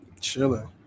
Chilling